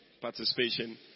participation